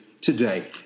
today